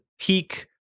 peak